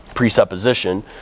presupposition